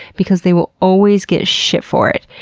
because they will always get shit for it.